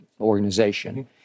organization